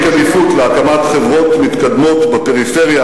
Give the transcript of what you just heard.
עדיפות להקמת חברות מתקדמות בפריפריה.